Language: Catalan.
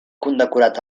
condecorat